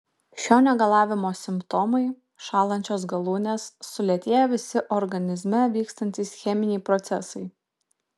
šio negalavimo simptomai šąlančios galūnės sulėtėję visi organizme vykstantys cheminiai procesai